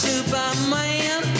Superman